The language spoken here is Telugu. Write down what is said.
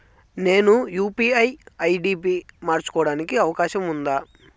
నేను యు.పి.ఐ ఐ.డి పి మార్చుకోవడానికి అవకాశం ఉందా?